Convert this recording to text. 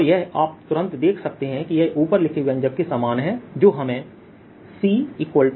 और यह आप तुरंत देख सकते हैं कि यह ऊपर लिखे व्यंजक के समान है जो हमें CA0d देता है